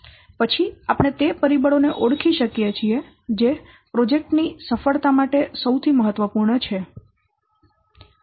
પછી આપણે તે પરિબળો ને ઓળખી શકીએ જે પ્રોજેક્ટ ની સફળતા માટે સૌથી મહત્વપૂર્ણ છે